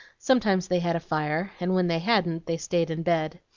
sometimes they had a fire, and when they hadn't they stayed in bed.